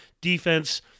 defense